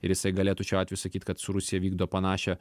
ir jisai galėtų šiuo atveju sakyt kad su rusija vykdo panašią